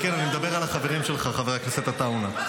וכן, אני מדבר על החברים שלך, חבר הכנסת עטאונה.